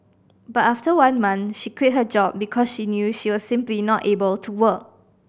but after just one month she quit her job because she knew she was simply not able to work